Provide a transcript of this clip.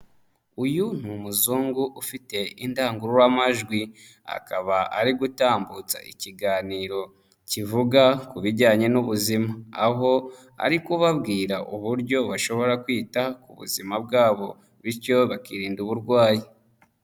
Uyu ni umuzungu ufite indangururamajwi, akaba ari gutambutsa ikiganiro kivuga ku bijyanye n'ubuzima, aho ari kubabwira uburyo bashobora kwita ku buzima bwabo bityo bakirinda uburwayi.